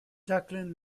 jacqueline